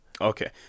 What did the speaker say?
Okay